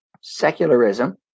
secularism